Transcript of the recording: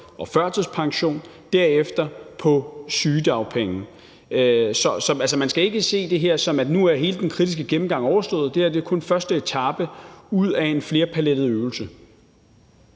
og førtidspension og derefter på sygedagpenge. Så altså, man skal ikke se det her som, at nu er hele den kritiske gennemgang overstået. Det her er kun første etape ud af en flerpalettet øvelse.